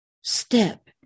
Step